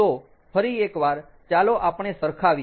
તો ફરી એકવાર ચાલો આપણે સરખાવીએ